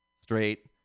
straight